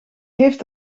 heeft